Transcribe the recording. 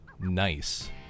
nice